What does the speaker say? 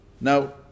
Now